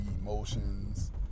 emotions